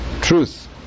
truth